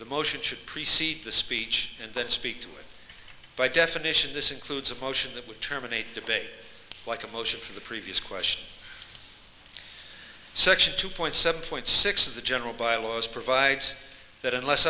the motion should precede the speech and that speech by definition this includes a motion that would terminate debate like a motion for the previous question section two point seven point six of the general bylaws provides that unless